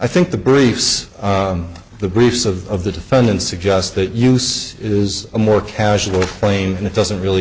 i think the briefs the briefs of of the defendant suggest that use is a more casual plain it doesn't really